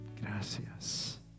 gracias